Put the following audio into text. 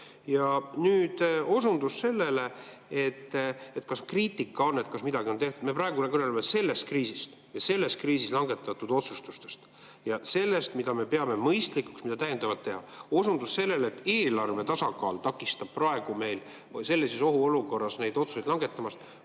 Ja nüüd osundus sellele, et kas on kriitika, et kas midagi on tehtud. Me praegu kõneleme sellest kriisist ja selles kriisis langetatud otsustest ja sellest, mida me peame mõistlikuks täiendavalt teha. Osundus sellele, et eelarve tasakaalu [eesmärk] takistab praegu meil sellises ohuolukorras neid otsuseid langetamast